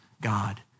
God